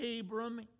Abram